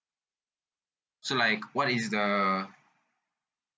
so like what is the